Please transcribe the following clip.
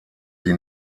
sie